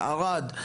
ערד,